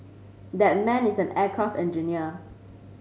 that man is an aircraft engineer